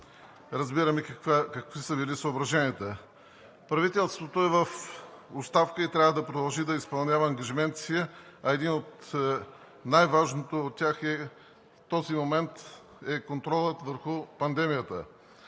разбираме какви са били съображенията. Правителството е в оставка и трябва да продължи да изпълнява ангажиментите си, а един от най-важните от тях в този момент е контролът върху пандемията.